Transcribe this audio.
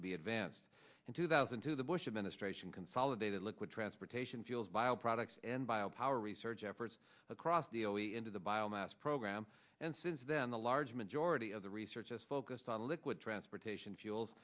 to be advanced in two thousand to the bush administration consolidated liquid transportation fuels bio products and bio power research efforts across the only into the biomass program and since then the large majority of the research is focused on liquid transportation fuels